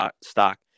stock